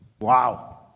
Wow